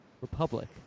republic